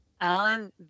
Alan